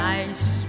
Nice